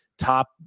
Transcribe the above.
top